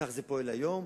כך זה פועל היום,